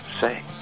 say